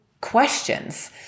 questions